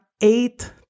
eight